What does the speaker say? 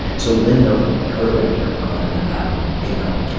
so lynn novick, my co-director on um vietnam,